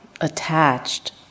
attached